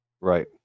right